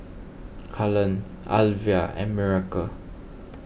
Cullen Alvia and Miracle